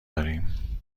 داریم